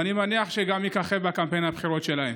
ואני מניח שגם יככב בקמפיין הבחירות שלהם,